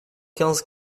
quinze